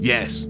Yes